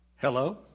Hello